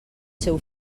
seu